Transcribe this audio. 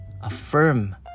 Affirm